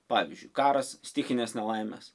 pavyzdžiui karas stichinės nelaimės